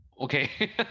okay